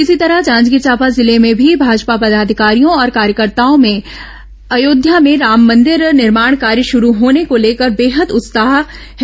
इसी तरह जाजगीर चांपा जिले में भी भाजपा पदाधिकारियों और कार्यकर्ताओं में अयोध्या में राम मंदिर निर्माण कार्य शरू होने को लेकर बेहद उत्साह है